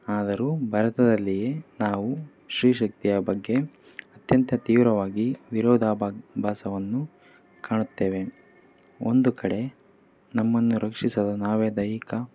ಆದರೂ ಭಾರತದಲ್ಲಿಯೇ ನಾವು ಸ್ತ್ರೀ ಶಕ್ತಿಯ ಬಗ್ಗೆ ಅತ್ಯಂತ ತೀವ್ರವಾಗಿ ವಿರೋಧಾಬಾ ಭಾಸವನ್ನು ಕಾಣುತ್ತೇವೆ ಒಂದು ಕಡೆ ನಮ್ಮನ್ನು ರಕ್ಷಿಸಲು ನಾವೇ ದೈಹಿಕ